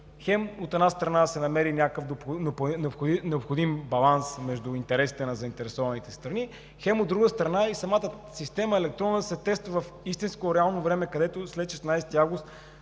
от една страна, да се намери някакъв необходим баланс между интересите на заинтересованите страни, от друга страна, и самата електронна система да се тества в истинско реално време, където след 16 август